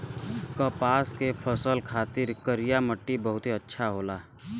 कपास के फसल खातिर करिया मट्टी बहुते अच्छा होला